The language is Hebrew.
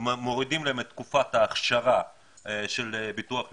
מורידים להם את תקופת האכשרה של ביטוח לאומי,